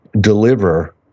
deliver